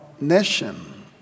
nation